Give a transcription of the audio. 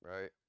right